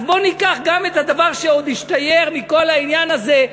אז בואו ניקח את הדבר שעוד השתייר מכל העניין הזה,